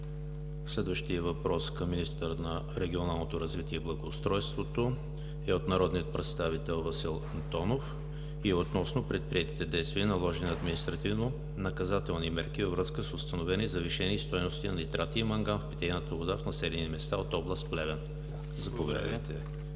Следващият въпрос към Министъра на регионалното развитие и благоустройството е от народния представител Васил Антонов относно предприетите действия и наложени административнонаказателни мерки във връзка с установени завишени стойности на нитрати и манган в питейната вода в населени места от област Плевен. Заповядайте,